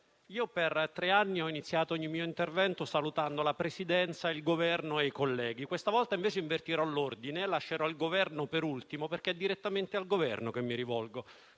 per tre anni ho iniziato ogni mio intervento salutando la Presidenza, il Governo e i colleghi. Questa volta, invece, invertirò l'ordine e lascerò il Governo per ultimo perché è direttamente al Governo che mi rivolgo,